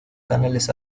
canales